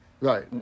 Right